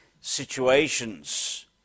situations